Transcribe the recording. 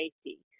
safety